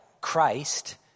Christ